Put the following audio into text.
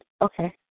Okay